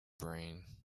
brain